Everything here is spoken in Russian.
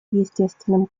естественным